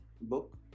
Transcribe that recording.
book